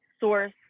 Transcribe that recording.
source